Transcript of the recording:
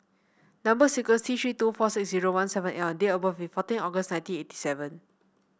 number sequence T Three two four six zero one seven L and date of birth is fourteen August nineteen eighty seven